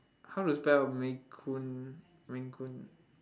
how to spell maine-coon maine-coon